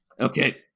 Okay